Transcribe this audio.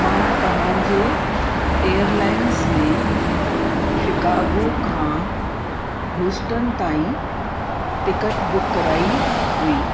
मां तव्हांजे एयरलाइंस में शिकागो खां यूस्टन ताईं टिकट बुक कराई हुई